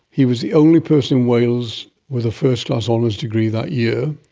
he was the only person in wales with a first-class honours degree that year,